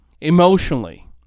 emotionally